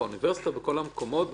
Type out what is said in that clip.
באוניברסיטה ובכל מיני מקומות,